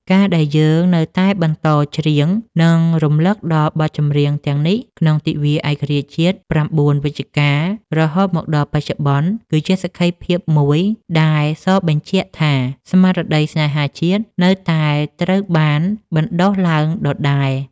ការដែលយើងនៅតែបន្តច្រៀង និងរំលឹកដល់បទចម្រៀងទាំងនេះក្នុងទិវាឯករាជ្យជាតិ ៩ វិច្ឆិកា រហូតមកដល់បច្ចុប្បន្ន គឺជាសក្ខីភាពមួយដែលសបញ្ជាក់ថា ស្មារតីស្នេហាជាតិនៅតែត្រូវបានបណ្តុះឡើងដដែល។